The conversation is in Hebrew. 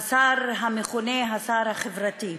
השר המכונה השר החברתי.